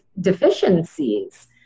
deficiencies